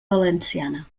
valenciana